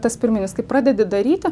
tas pirminis kai pradedi daryti